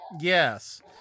Yes